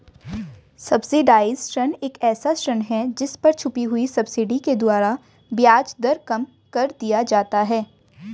subsidised ऋण एक ऐसा ऋण है जिस पर छुपी हुई सब्सिडी के द्वारा ब्याज दर कम कर दिया जाता है